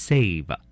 Save